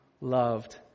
loved